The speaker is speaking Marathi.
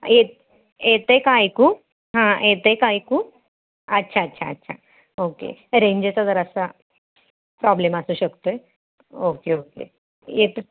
एत् येतं आहे का ऐकू हां येतं आहे का ऐकू अच्छा अच्छा अच्छा ओके रेंजचा जरासा प्रॉब्लेम असू शकतो आहे ओके ओके येत